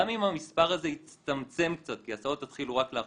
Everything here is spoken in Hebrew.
גם אם המספר הזה יצטמצם קצת כי הסעות התחילו רק לאחרונה.